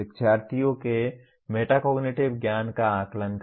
शिक्षार्थियों के मेटाकॉग्निटिव ज्ञान का आकलन करें